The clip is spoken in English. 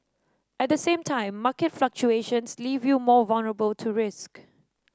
at the same time market fluctuations leave you more vulnerable to risk